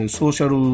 social